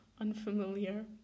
unfamiliar